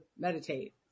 meditate